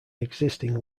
existing